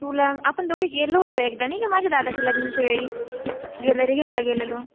तुला आपण दोघी गेलो होतो एकदा नाही का माझ्या दादाच्या लग्नाच्या वेळी ज्वेलरी घ्यायला गेलेलो